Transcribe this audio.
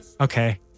Okay